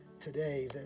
today